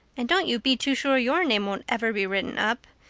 and don't you be too sure your name won't ever be written up.